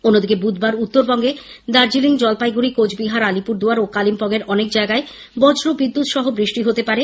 অন্যদিকে বুধবার উত্তরবঙ্গে দার্জিলিং জলপাইগুড়ি কোচবিহার আলিপুরদুয়ার এবং কালিম্পং এর অনেক জায়গায় বজ্র বিদ্যুত্ সহ বৃষ্টি হতে পারে